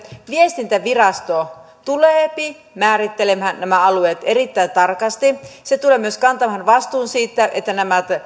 viestintävirasto tuleepi määrittelemään nämä alueet erittäin tarkasti se tulee myös kantamaan vastuun siitä että nämä